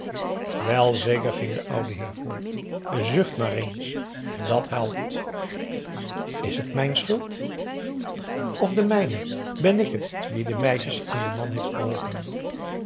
wel zeker ging de oude heer voort zucht maar eens dat helpt is het mijn schuld of de mijne ben ik het die de meisjes aan den man heeft geholpen